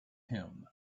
him